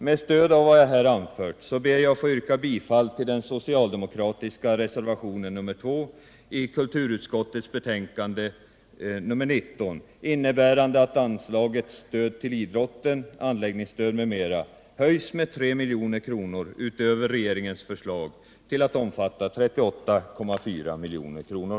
Med stöd av vad jag här anfört ber jag att få yrka bifall till den socialdemokratiska reservationen 2 i kulturutskottets betänkande nr 19, innebärande att anslaget Stöd till idrotten: Anläggningsstöd m.m., höjs med 3 milj.kr. utöver regeringens förslag till att omfatta 38,4 milj.kr.